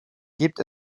gibt